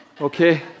Okay